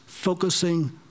focusing